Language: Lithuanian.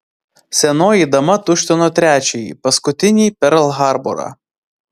senoji dama tuštino trečiąjį paskutinį perl harborą